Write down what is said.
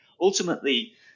ultimately